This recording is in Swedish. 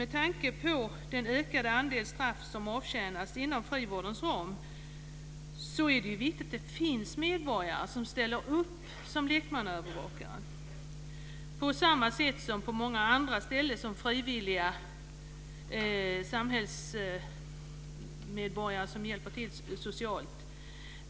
Med tanke på den ökade andel straff som avtjänas inom frivårdens ram är det viktigt att det finns medborgare som ställer upp som lekmannaövervakare. Samma sak gäller för många andra ställen där det finns frivilliga samhällsmedborgare som ställer upp socialt.